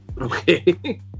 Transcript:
Okay